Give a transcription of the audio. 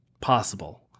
Possible